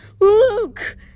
Luke